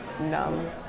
numb